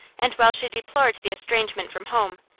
and while she deplored the estrangement from home,